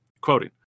quoting